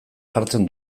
jartzen